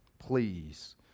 Please